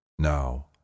Now